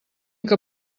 que